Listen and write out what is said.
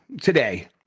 today